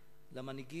שומר.